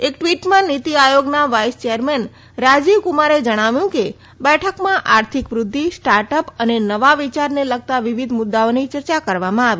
એક ટ્વીટમાં નીતિ આયોગના વાઈસ ચેરમેન રાજીવકુમારે જણાવ્યું કે બેઠકમાં આર્થિક વૂદ્વિ સ્ટાર્ટઅપ અને નવા વિયારને લગતા વિવિધ મુદ્દાઓની ચર્ચા કરવામાં આવી